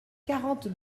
quarante